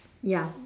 ya